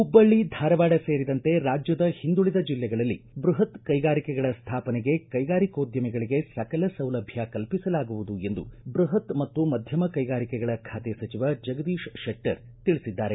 ಹುಬ್ವಳ್ಳಿ ಧಾರವಾಡ ಸೇರಿದಂತೆ ರಾಜ್ಯದ ಹಿಂದುಳಿದ ಜಿಲ್ಲೆಗಳಲ್ಲಿ ಬೃಹತ್ ಕೈಗಾರಿಕೆಗಳ ಸ್ಥಾಪನೆಗೆ ಕೈಗಾರಿಕೋದ್ಯಮಿಗಳಿಗೆ ಸಕಲ ಸೌಲಭ್ಯ ಕಲ್ಪಿಸಲಾಗುವುದು ಎಂದು ಬೃಪತ್ ಮತ್ತು ಮಧ್ಯಮ ಕೈಗಾರಿಕೆಗಳ ಖಾತೆ ಸಚಿವ ಜಗದೀಶ್ ಶೆಟ್ಟರ್ ತಿಳಿಸಿದ್ದಾರೆ